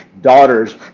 daughters